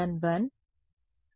రెండవ పదం